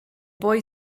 boy